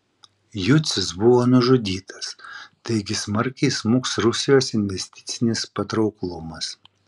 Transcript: jucius buvo nužudytas taigi smarkiai smuks rusijos investicinis patrauklumas